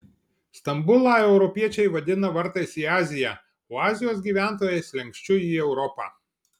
stambulą europiečiai vadina vartais į aziją o azijos gyventojai slenksčiu į europą